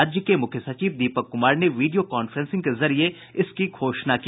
राज्य के मुख्य सचिव दीपक कुमार ने वीडियो कांफ्रेंसिंग के जरिये इसकी घोषणा की